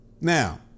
Now